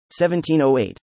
1708